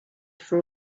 for